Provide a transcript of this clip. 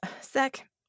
sec